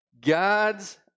God's